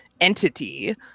Entity